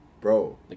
Bro